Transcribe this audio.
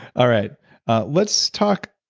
alright let's talk,